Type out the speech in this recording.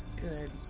Good